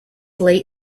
late